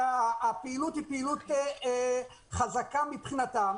הפעילות היא פעילות חזקה מבחינתם,